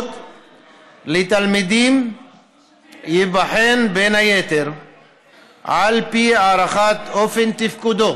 התמיכות לתלמידים ייבחן בין היתר על פי הערכת אופן תפקודו